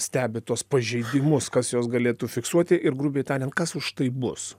stebi tuos pažeidimus kas juos galėtų fiksuoti grubiai tariant kas už tai bus